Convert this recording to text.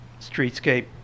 Streetscape